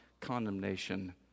condemnation